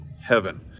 heaven